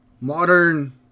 Modern